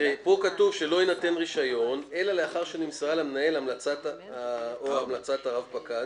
פה כתוב שלא יינתן רישיון אלא לאחר שנמסרה למנהל המלצת הרב פקד